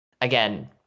again